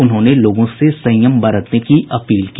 उन्होंने लोगों से संयम बरतने की अपील की